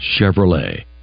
Chevrolet